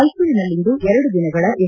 ಮೈಸೂರಿನಲ್ಲಿಂದು ಎರಡು ದಿನಗಳ ಎಸ್